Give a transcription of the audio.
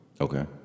Okay